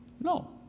No